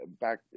back